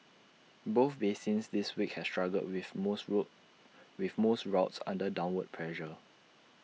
both basins this week have struggled with most route with most routes under downward pressure